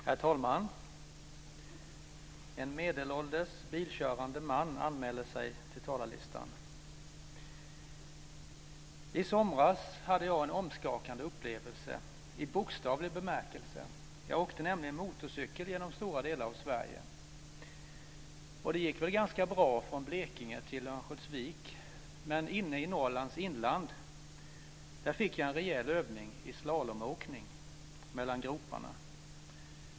Herr talman! En medelålders bilkörande man anmäler sig till talarlistan. I somras hade jag en omskakande upplevelse - i bokstavlig bemärkelse. Jag åkte nämligen motorcykel genom stora delar av Sverige. Det gick väl ganska bra från Blekinge till Örnsköldsvik, men inne i Norrlands inland fick jag en rejäl övning i slalomåkning mellan groparna.